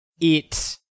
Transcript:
it-